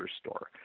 store